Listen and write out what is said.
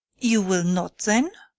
you will not then?